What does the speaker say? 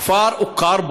הכפר הוכר,